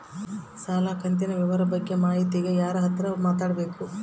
ಸಾಲ ಕಂತಿನ ವಿವರ ಬಗ್ಗೆ ಮಾಹಿತಿಗೆ ಯಾರ ಹತ್ರ ಮಾತಾಡಬೇಕು?